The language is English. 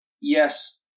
Yes